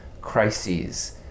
crises